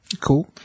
Cool